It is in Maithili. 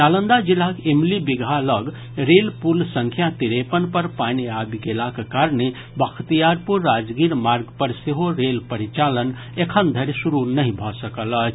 नालंदा जिलाक इमली बिगहा लग रेल पुल संख्या तिरेपन पर पानि आबि गेलाक कारणे बख्तियारपुर राजगीर मार्ग पर सेहो रेल परिचालन एखन धरि शुरू नहि भऽ सकल अछि